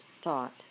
Thought